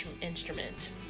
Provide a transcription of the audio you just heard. instrument